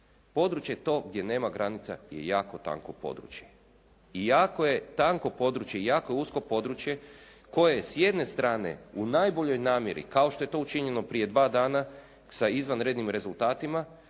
Područje to gdje nema granica je jako tanko područje i jako je tanko područje i jako je usko područje koje s jedne strane u najboljoj namjeri kao što je to učinjeno prije dva dana sa izvanrednim rezultatima